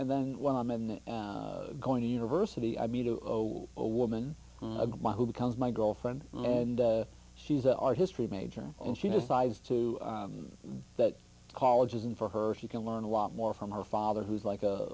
and then when i'm in the going to university i meet of a woman who becomes my girlfriend and she's an art history major and she decides to be that college isn't for her she can learn a lot more from her father who's like a